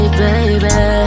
baby